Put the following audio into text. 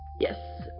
yes